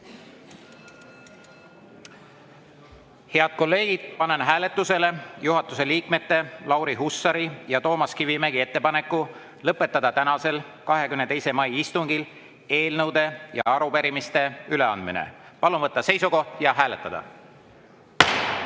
Head kolleegid! Panen hääletusele juhatuse liikmete Lauri Hussari ja Toomas Kivimägi ettepaneku lõpetada tänasel, 22. mai istungil eelnõude ja arupärimiste üleandmine. Palun võtta seisukoht ja hääletada!